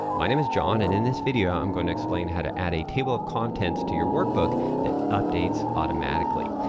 my name is jon and in this video i'm going to explain how to add a table of contents to your workbook that updates automatically.